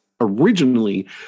originally